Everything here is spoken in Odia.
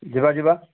ଯିବା ଯିବା